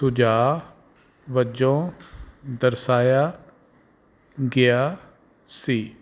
ਸੁਝਾਅ ਵਜੋਂ ਦਰਸਾਇਆ ਗਿਆ ਸੀ